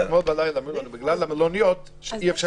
אתמול בלילה אמרו לנו שבגלל שאי אפשר